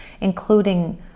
including